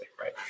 Right